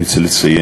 אני רוצה לציין,